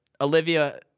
olivia